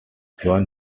join